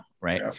right